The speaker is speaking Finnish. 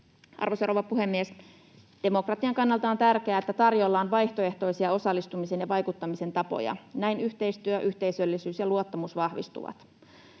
Arvoisa rouva puhemies! Demokratian kannalta on tärkeää, että tarjolla on vaihtoehtoisia osallistumisen ja vaikuttamisen tapoja. Näin yhteistyö, yhteisöllisyys ja luottamus vahvistuvat.